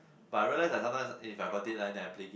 but I realised that sometimes if I got this line then I blink